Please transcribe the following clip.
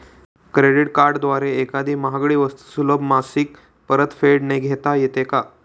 Credit कार्डद्वारे एखादी महागडी वस्तू सुलभ मासिक परतफेडने घेता येते का?